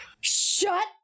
Shut